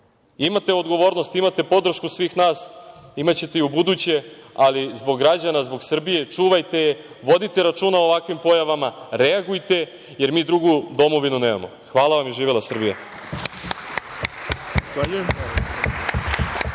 odgovornost, imate podršku svih nas, imaćete i u buduće, ali zbog građana, zbog Srbije, čuvajte je, vodite računa o ovakvim pojavama, reagujete, jer mi drugu domovinu nemamo. Hvala vam i živela Srbija.